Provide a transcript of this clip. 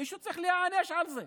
מישהו צריך להיענש על זה.